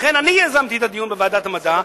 לכן אני יזמתי את הדיון בוועדת המדע,